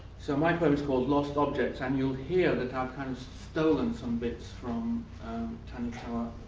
so my poem is called lost objects, and you'll hear that i've kind of stolen some bits from tanikawa